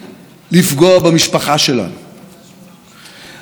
השרה שקד אומרת לנו שהיא מייצגת תפיסת עולם שמרנית.